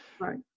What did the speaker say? Right